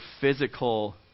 physical